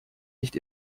nicht